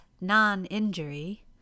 non-injury